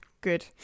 good